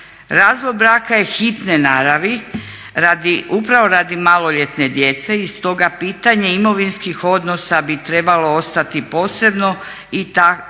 Razvod braka je hitne naravi radi, upravo radi maloljetne djece i stoga pitanje imovinskih odnosa bi trebalo ostati posebno i kao